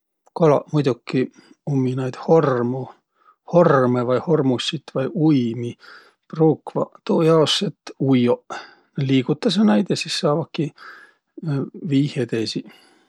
Kalaq muidoki ummi naid hormu, hormõ vai hormussit vai uimi pruukvaq tuujaos, et ujjoq. Liigutasõq naid ja sis saavaki viih edesi.